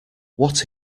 what